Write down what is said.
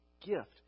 gift